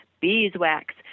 beeswax